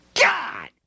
God